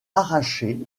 arrachés